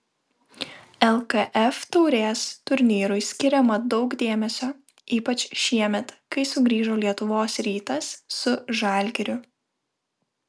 lkf taurės turnyrui skiriama daug dėmesio ypač šiemet kai sugrįžo lietuvos rytas su žalgiriu